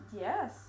yes